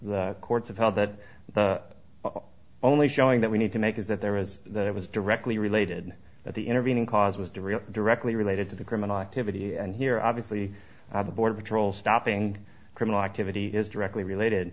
the courts have held that the only showing that we need to make is that there was that it was directly related that the intervening cause was to real directly related to the criminal activity and here obviously the border patrol stopping criminal activity is directly related